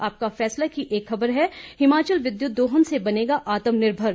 आपका फैसला की एक खबर है हिमाचल विद्युत दोहन से बनेगा आत्मनिर्भर